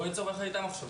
בואו ניצור ביחד איתם עכשיו.